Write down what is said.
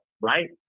right